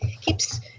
Keeps